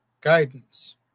guidance